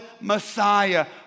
Messiah